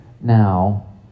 now